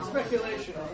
Speculation